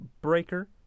Breaker